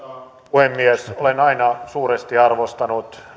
puhemies olen aina suuresti arvostanut